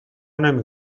نمی